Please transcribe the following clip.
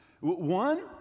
One